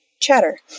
chatter